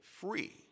free